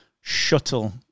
shuttle